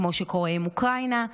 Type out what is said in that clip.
כמו שקורה עם אוקראינה.